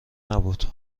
نبود